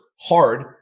hard